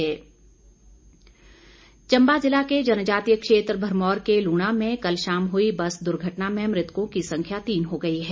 चम्बा चम्बा जिला के जनजातीय क्षेत्र भरमौर के लूणा में कल शाम हुई बस दुर्घटना में मृतकों की संख्या तीन हो गई है